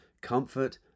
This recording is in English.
comfort